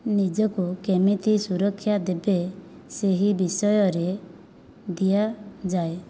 ନିଜକୁ କେମିତି ସୁରକ୍ଷା ଦେବେ ସେହି ବିଷୟରେ ଦିଆଯାଏ